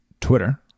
Twitter